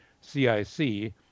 CIC